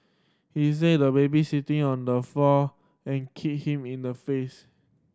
he see the baby sitting on the floor and kicked him in the face